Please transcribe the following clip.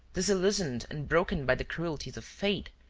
disillusioned and broken by the cruelties of fate,